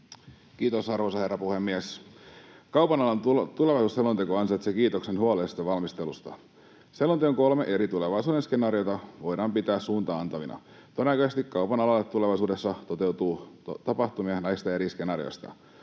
Kiitos, arvoisa herra puhemies! Kaupan alan tulevaisuusselonteko ansaitsee kiitoksen huolellisesta valmistelusta. Selonteon kolmea eri tulevaisuuden skenaariota voidaan pitää suuntaa-antavina. Todennäköisesti kaupan alalla tulevaisuudessa toteutuu tapahtumia näistä eri skenaarioista.